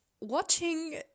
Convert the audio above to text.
Watching